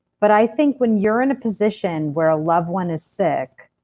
but i think when you're in a position where a loved one is sick,